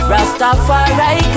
Rastafari